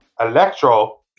Electro